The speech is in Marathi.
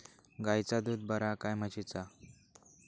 गायचा दूध बरा काय म्हशीचा?